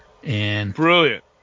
Brilliant